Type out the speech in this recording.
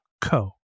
co